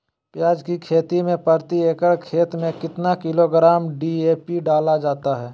प्याज की खेती में प्रति एकड़ खेत में कितना किलोग्राम डी.ए.पी डाला जाता है?